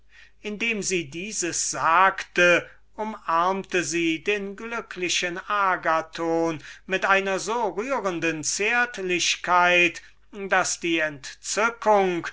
indem sie dieses sagte umarmte sie den glücklichen agathon mit einer so rührenden zärtlichkeit daß die entzückung